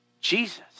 Jesus